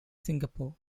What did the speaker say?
singapore